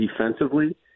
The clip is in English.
defensively